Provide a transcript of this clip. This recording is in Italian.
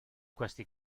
questi